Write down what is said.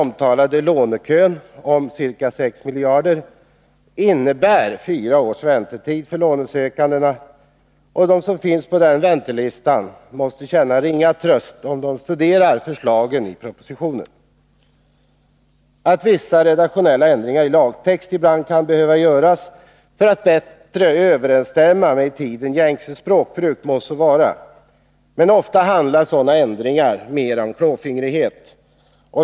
miljarder, innebär fyra års väntetid för lånesökandena. De som finns på väntelistan måste känna enbart en ringa tröst om de studerar förslagen i propositionen. Att vissa redaktionella ändringar i lagtext ibland kan behöva göras för att texten skall bättre överensstämma med i tiden gängse språkbruk må så vara, men ofta handlar det när det gäller sådana ändringar mera om klåfingrighet.